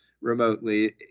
remotely